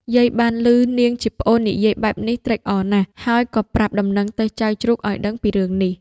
យាយបានឮនាងជាប្អូននិយាយបែបនេះត្រេកអរណាស់ ហើយក៏ប្រាប់ដំណឹងទៅចៅជ្រូកឲ្យដឹងពីរឿងនេះ